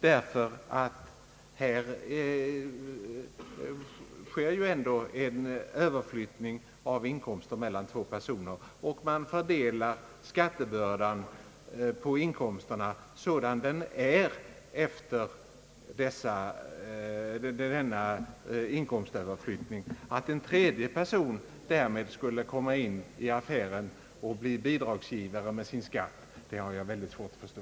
Vad som sker är ju en överflyttning av inkomster mellan två personer och att man fördelar skattebördan på inkomsterna efter denna inkomstöverflyttning. Att en tredje person därmed skulle komma in i affären och bli bidragsgivare med sin skatt har jag mycket svårt att förstå.